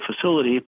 facility